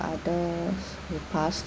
other who passed